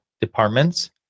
departments